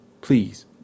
please